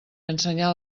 ensenyar